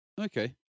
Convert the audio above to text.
Okay